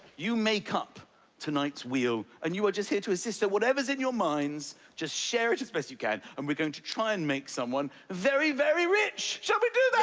you make up tonight's wheel and you are just here to assist, so whatever's in your minds just share it as best you can, and we're going to try and make someone very, very rich. shall we do that?